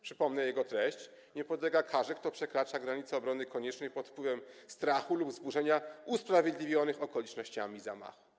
Przypomnę jego treść: Nie podlega karze, kto przekracza granice obrony koniecznej pod wpływem strachu lub wzburzenia usprawiedliwionych okolicznościami zamachu.